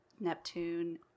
Neptune